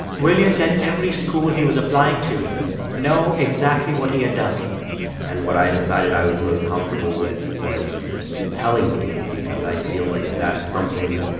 william let every school he was applying to know exactly what he had done and what i decided i was most comfortable with was telling people because i feel like that's something